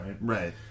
right